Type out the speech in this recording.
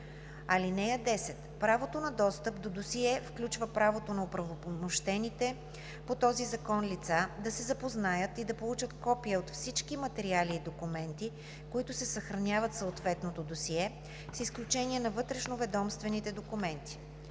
(10) Правото на достъп до досие включва правото на оправомощените по този закон лица да се запознаят и да получат копия от всички материали и документи, които се съхраняват в съответното досие, с изключение на вътрешноведомствените документи.